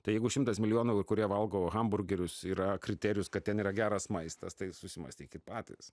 tai jeigu šimtas milijonų kurie valgo hamburgerius yra kriterijus kad ten yra geras maistas tai susimąstykit patys